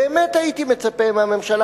באמת הייתי מצפה מהממשלה,